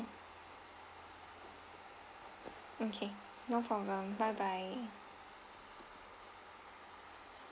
okay no problem bye bye